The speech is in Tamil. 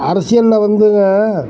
அரசியலில் வந்துங்க